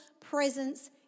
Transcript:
presence